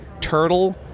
turtle